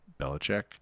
Belichick